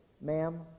Ma'am